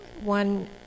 one